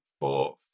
four